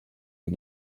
les